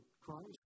Christ